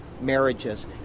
marriages